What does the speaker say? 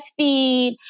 breastfeed